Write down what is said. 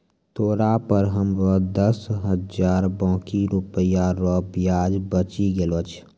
तोरा पर हमरो दस हजार बाकी रुपिया रो ब्याज बचि गेलो छय